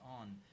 on